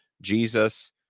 Jesus